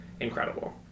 incredible